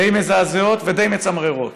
די מזעזעות ודי מצמררות.